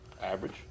Average